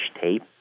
tape